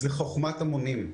זה חוכמת המונים.